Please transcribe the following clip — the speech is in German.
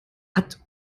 hat